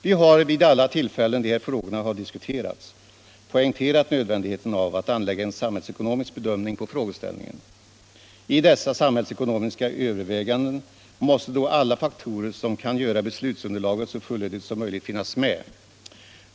Vi har, vid alla tillfällen då de här frågorna diskuterats, poängterat nödvändigheten av att anlägga en samhällsekonomisk bedömning på frågeställningen. I dessa samhällsekonomiska överväganden måste då alla faktorer som kan göra beslutsunderlaget så fullödigt som möjligt finnas med.